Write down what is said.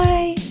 Bye